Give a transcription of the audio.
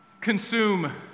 consume